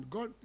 God